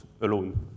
alone